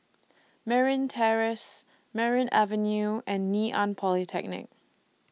Merryn Terrace Merryn Avenue and Ngee Ann Polytechnic